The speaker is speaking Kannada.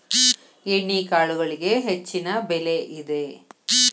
ಎಣ್ಣಿಕಾಳುಗಳಿಗೆ ಹೆಚ್ಚಿನ ಬೆಲೆ ಇದೆ